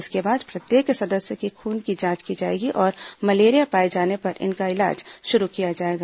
इसके बाद प्रत्येक सदस्य के खून की जांच की जाएगी और मलेरिया पाए जाने पर उनका इलाज शुरू किया जाएगा